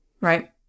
right